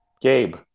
Gabe